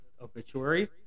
obituary